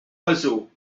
oiseau